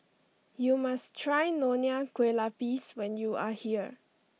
you must try Nonya Kueh Lapis when you are here